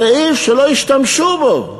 סעיף שלא השתמשו בו.